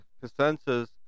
consensus